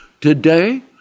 today